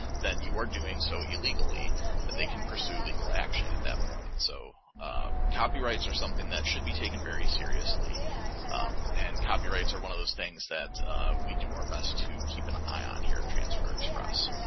then you are doing so illegally and they can pursue legal action at that point. so ah copyrights are something that should be taken very seriously and copyrights are one of those things that we do our best to keep an eye on here at transfer express.